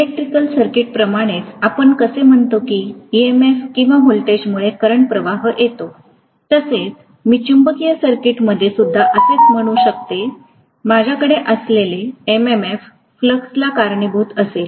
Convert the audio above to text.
electrical circuit प्रमाणेच आपण कसे म्हणतो की EMF किंवा व्होल्टेजमुळे करंट प्रवाह येतो तसेच मी चुंबकीय सर्किटमध्ये सुद्धा असेच म्हणू शकते माझ्याकडे असलेले MMF फ्लक्सला कारणीभूत असेल